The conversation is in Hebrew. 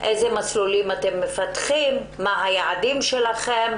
איזה מסלולים אתם מפתחים, מה היעדים שלכם